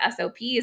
SOPs